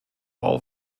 all